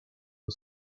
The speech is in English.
the